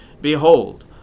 Behold